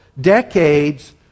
decades